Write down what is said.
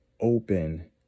open